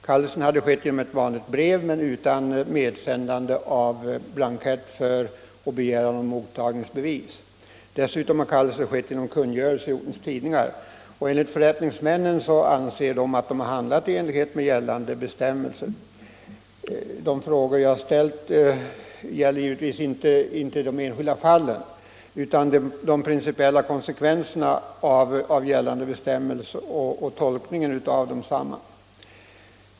Kallelsen har skett genom vanligt brev men utan medsändande av blankett för och begäran om mottagningsbevis. Dessutom har kallelse skett genom kungörelse i ortens tidningar. Förrättningsmännen anser att de handlat i enlighet med gällande bestämmelser. De frågor jag ställt gäller givetvis inte de enskilda fallen utan de principiella konsekvenserna av gällande bestämmelser och tolkningen av desamma.